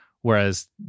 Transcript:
whereas